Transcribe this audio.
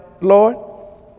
Lord